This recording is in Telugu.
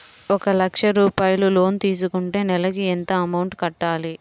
ఒక లక్ష రూపాయిలు లోన్ తీసుకుంటే నెలకి ఎంత అమౌంట్ కట్టాలి?